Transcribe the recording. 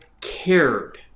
cared